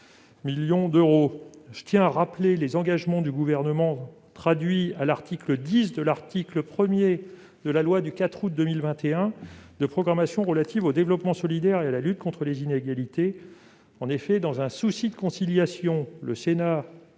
milliard d'euros. Je rappelle les engagements du Gouvernement, traduits à l'alinéa 10 de l'article 1 de la loi du 4 août 2021 de programmation relative au développement solidaire et à la lutte contre les inégalités mondiales. Dans un souci de conciliation, le Sénat